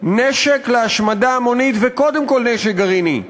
נשק להשמדה המונית, וקודם כול נשק גרעיני,